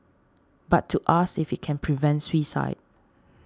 but to ask if it can prevent suicide